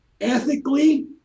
ethically